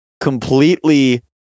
completely